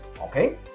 okay